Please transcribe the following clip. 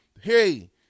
Hey